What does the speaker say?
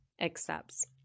accepts